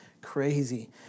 crazy